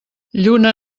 lluna